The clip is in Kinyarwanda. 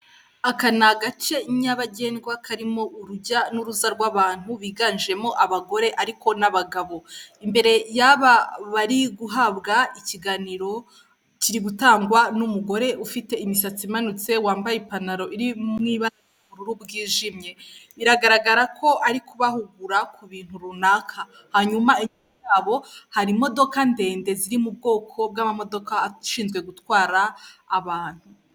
Aka ni agace nyabagendwa karimo urujya n'uruza rw'abantu biganjemo abagore ariko n'abagabo. Imbere bari guhabwa ikiganiro kiri gutangwa n'umugore ufite imisatsi imanutse wambaye ipantaro iri mu ibara ry'ubururu bwijimye. Biragaragara ko ari kubahugura ku bintu runaka. Hanyuma inyuma yabo hari imodoka ndende ziri mu bwoko bw'amamodoka ashinzwe gutwara abantu.